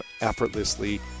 effortlessly